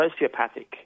sociopathic